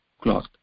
cloth